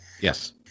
Yes